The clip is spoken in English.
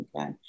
Okay